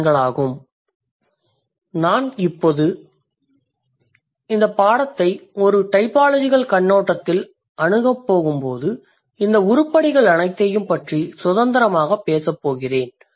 எனவே நான் இந்தப் பாடத்திட்டத்தை ஒரு டைபாலஜிகல் கண்ணோட்டத்தில் அணுகப்போகும்போது இந்த உருப்படிகள் அனைத்தையும் பற்றிச் சுதந்திரமாகப் பேசப் போகிறேன்